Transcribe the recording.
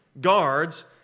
guards